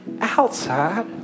outside